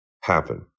happen